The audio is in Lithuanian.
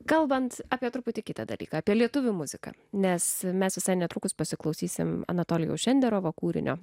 kalbant apie truputį kitą dalyką apie lietuvių muziką nes mes visai netrukus pasiklausysime anatolijaus šenderovo kūrinio